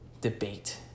debate